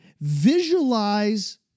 Visualize